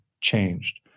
changed